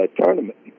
tournament